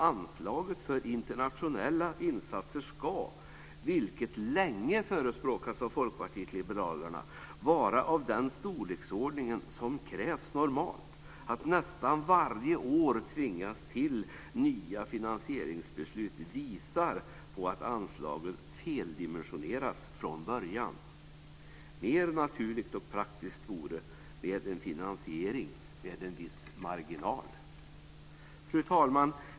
Anslaget för internationella insatser ska, vilket länge förespråkats av Folkpartiet liberalerna, vara av den storleksordning som krävs normalt. Att nästan varje år tvingas till nya finansieringsbeslut visar på att anslaget feldimensionerats från början. Mer naturligt och praktiskt vore det med en finansiering med en viss marginal. Fru talman!